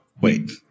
Wait